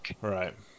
right